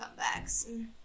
comebacks